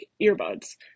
earbuds